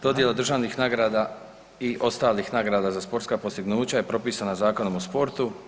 Dodjela državnih nagrada i ostalih nagrada za sportska postignuća je propisana Zakonom o sportu.